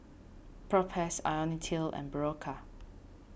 Propass Ionil till and Berocca